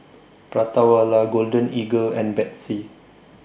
Prata Wala Golden Eagle and Betsy